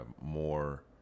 more